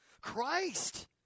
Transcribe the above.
Christ